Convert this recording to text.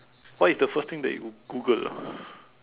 what is the first thing that you Google lah